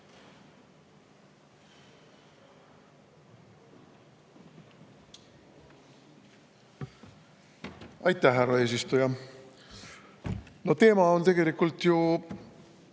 Aitäh, härra eesistuja! Teema on tegelikult ju